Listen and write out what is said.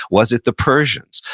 was it the persians?